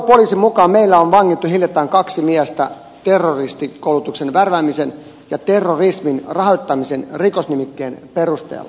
suojelupoliisin mukaan meillä on vangittu hiljattain kaksi miestä terroristikoulutuksen värväämisen ja terrorismin rahoittamisen rikosnimikkeen perusteella